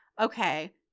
okay